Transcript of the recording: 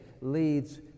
leads